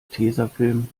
tesafilm